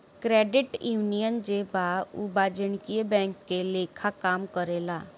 credit union जे बा उ वाणिज्यिक बैंक के लेखा काम करेला